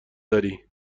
داری